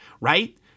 right